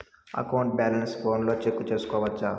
account balance ఫోనులో check సేసుకోవచ్చా